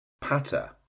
patter